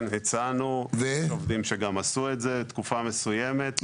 כן, הצענו, יש עובדים שגם עשו את זה תקופה מסוימת.